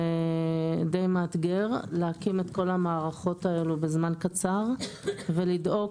זה די מאתגר להקים את כל המערכות האלה בזמן קצר ולדאוג